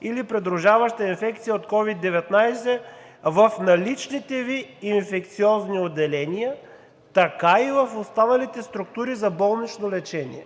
или придружаваща инфекция от COVID-19 както в наличните Ви инфекциозни отделния, така и в останалите структури за болнично лечение,